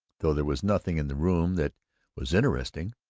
though there was nothing in the room that was interesting,